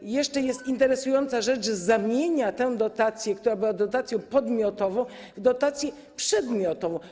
Jest jeszcze interesująca rzecz: zamienia tę dotację, która była dotacją podmiotową, w dotację przedmiotową.